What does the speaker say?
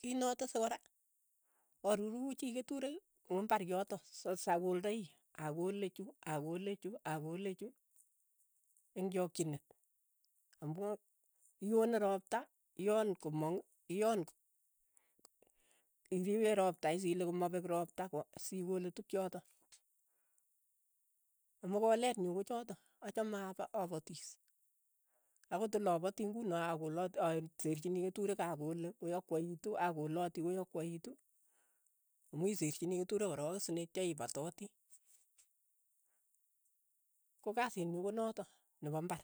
kii natese kora, aruruchi keturek ko imbar yotok sasa kooldai akole chu akole chu akole chu, eng' chokchinet, amu ione roopta, ioona koamn, iripe ropta is ile komapek ropta sikole tuukchotok, amu kolet nyu kochatok, achame apa- apatiis, akot oli apati nguno akolat a- aseerchini keture akole koyakwaitu, akolati koyakwaitu amu iseerchini keturek korok si netya ipatatii, ko kaiit nyu konatak, ne po imbar.